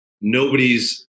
nobody's